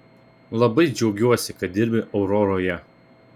labai džiaugiuosi kad dirbi auroroje